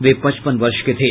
वे पचपन वर्ष के थे